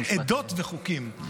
עדות וחוקים.